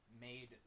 made